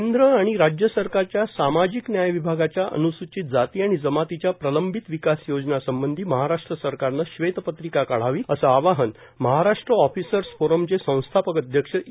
केंद्र आणि राज्य सरकारच्या सामाजिक न्याय विभागाच्या अनुसूचित जाती आणि जमातीच्या प्रलंबित विकास योजना संबंधी महाराष्ट्र सरकारने श्वेतपत्रिका काढावी असे आवाहन महाराष्ट्र ऑफिसर्स फोरमचे संस्थापक अध्यक्ष इ